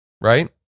right